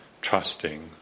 trusting